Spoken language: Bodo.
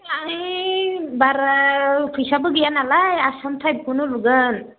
ओइ बारा फैसाबो गैया नालाय आसाम टाइपखौनो लुगोन